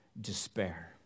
despair